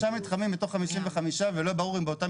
3 מתחמים מתוך 55 ולא ברור אם באותם